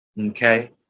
okay